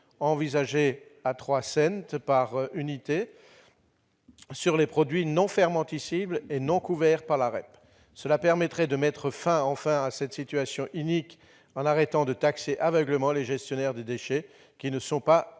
envisagée à 0,03 euro par unité, sur les produits non fermentescibles et non couverts par la REP. Cela permettrait de mettre fin à cette situation inique en arrêtant de taxer aveuglément les gestionnaires des déchets qui ne sont pas